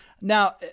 Now